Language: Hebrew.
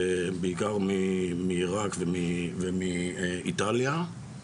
בעיקר מעיראק ומאיטליה.